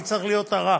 אני צריך להיות הרע.